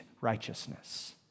righteousness